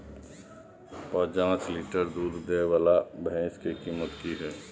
प जॉंच लीटर दूध दैय वाला भैंस के कीमत की हय?